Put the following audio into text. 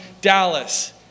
Dallas